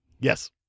Yes